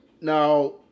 Now